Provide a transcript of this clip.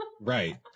Right